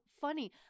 funny